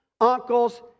uncles